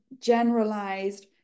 generalized